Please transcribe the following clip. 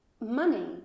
money